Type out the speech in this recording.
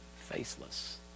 faceless